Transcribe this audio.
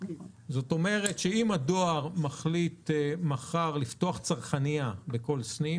זאת אומרת שאם הדואר מחליט מחר לפתוח צרכנייה בכל סניף,